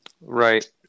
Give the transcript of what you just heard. Right